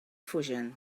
fugen